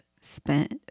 spent